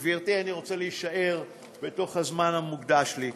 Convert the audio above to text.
גברתי, אני רוצה להישאר בזמן המוקצה לי.